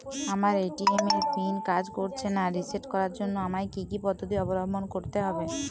আমার এ.টি.এম এর পিন কাজ করছে না রিসেট করার জন্য আমায় কী কী পদ্ধতি অবলম্বন করতে হবে?